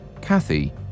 Kathy